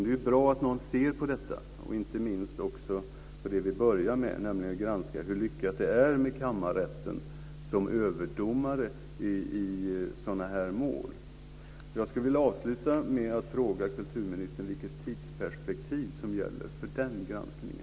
Det är bra att man ser på detta och inte minst på det vi började med, nämligen att granska hur lyckat det är med kammarrätten som överdomare i sådana här mål. Jag skulle vilja avsluta med att fråga kulturministern: Vilket tidsperspektiv gäller för den granskningen?